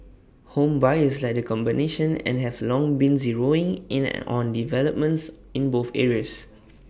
home buyers like the combination and have long been zeroing in an on developments in both areas